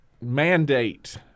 mandate